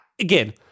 again